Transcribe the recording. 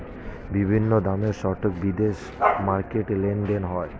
বিভিন্ন দামের স্টক বিশেষ মার্কেটে লেনদেন হয়